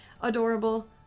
adorable